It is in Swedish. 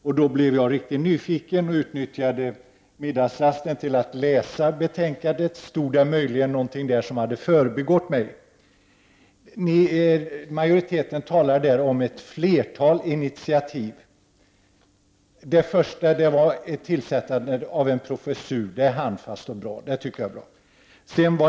Jag blev då riktigt nyfiken och utnyttjade middagsrasten till att läsa betänkandet. Stod där möjligen någonting som hade förbigått mig? Majoriteten talar i betänkandet om ett flertal initiativ. Det första var tillsättandet av en professur. Det är handfast och bra.